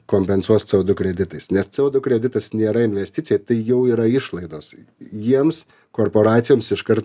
kompensuos co du kreditais nes co du kreditas nėra investicija tai jau yra išlaidos jiems korporacijoms iškart